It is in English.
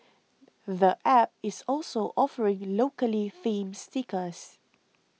the App is also offering locally themed stickers